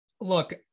Look